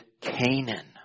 Canaan